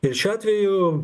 ir šiuo atveju